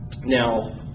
Now